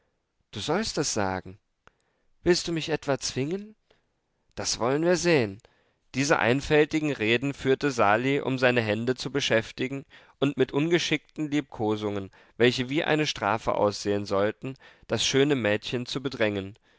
du sollst es sagen willst du mich etwa zwingen das wollen wir sehen diese einfältigen reden führte sali um seine hände zu beschäftigen und mit ungeschickten liebkosungen welche wie eine strafe aussehen sollten das schöne mädchen zu bedrängen